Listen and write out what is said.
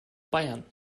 bayern